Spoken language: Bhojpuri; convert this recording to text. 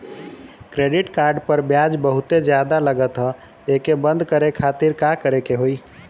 क्रेडिट कार्ड पर ब्याज बहुते ज्यादा लगत ह एके बंद करे खातिर का करे के होई?